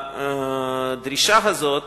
הדרישה הזאת